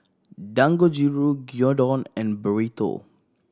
Dangojiru Gyudon and Burrito